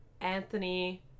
Anthony